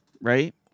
right